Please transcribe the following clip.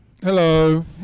Hello